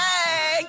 Hey